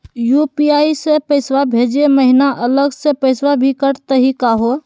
UPI स पैसवा भेजै महिना अलग स पैसवा भी कटतही का हो?